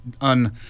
un